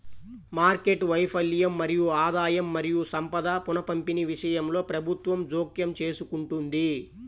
market వైఫల్యం మరియు ఆదాయం మరియు సంపద పునఃపంపిణీ విషయంలో ప్రభుత్వం జోక్యం చేసుకుంటుంది